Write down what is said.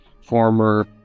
former